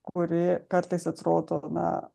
kuri kartais atrodo na